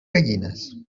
gallines